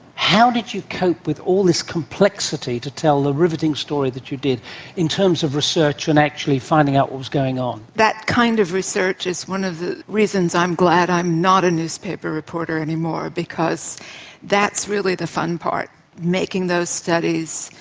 how did you cope with all this complexity to tell the riveting story that you did in terms of research and actually finding out what was going on? that kind of research is one of the reasons i'm glad i'm not a newspaper reporter anymore, because that's really the fun part making those studies,